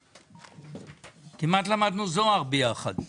כמעט למדנו זוהר ביחד.